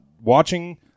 watching